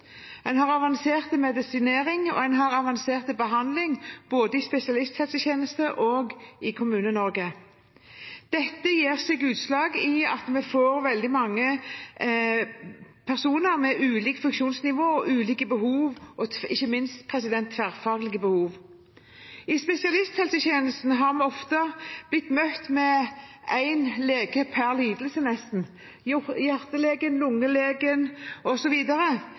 En har avansert medisinering, og en har avansert behandling både i spesialisthelsetjenesten og i Kommune-Norge. Dette gir seg utslag i at vi får veldig mange personer med ulikt funksjonsnivå og ulike behov, ikke minst tverrfaglige behov. I spesialisthelsetjenesten har vi ofte blitt møtt med én lege per lidelse, nesten – hjertelegen, lungelegen